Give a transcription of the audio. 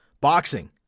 boxing